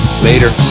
Later